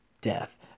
death